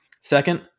Second